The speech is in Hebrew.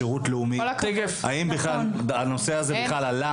שירות לאומי האם בכלל הנושא הזה עלה,